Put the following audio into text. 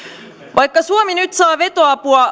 vaikka suomi nyt saa vetoapua